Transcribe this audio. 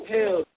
Hell